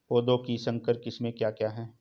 पौधों की संकर किस्में क्या क्या हैं?